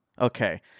Okay